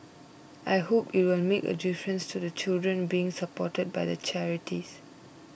I hope it will make a difference to the children being supported by the charities